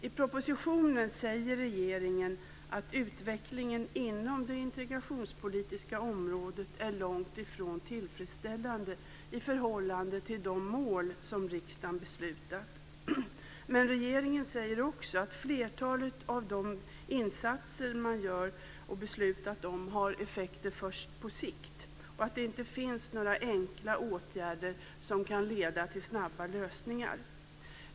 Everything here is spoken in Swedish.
I propositionen säger regeringen att utvecklingen inom det integrationspolitiska området är långt ifrån tillfredsställande i förhållande till de mål som riksdagen har beslutat om. Men regeringen säger också att flertalet av de insatser som man gör och har beslutat om har effekter först på sikt och att det inte finns några enkla åtgärder som kan leda till snabba lösningar.